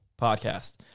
podcast